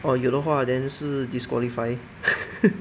orh 有的话 then 是 disqualify